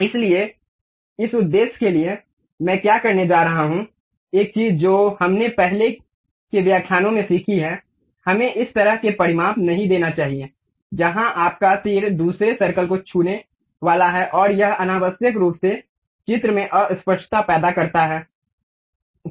इसलिए इस उद्देश्य के लिए मैं क्या करने जा रहा हूं एक चीज जो हमने अपने पहले के व्याख्यानों में सीखी है हमें इस तरह का परिमाप नहीं देना चाहिए जहां आपका तीर दूसरे सर्कल को छूने वाला है और यह अनावश्यक रूप से चित्र में अस्पष्टता पैदा करता है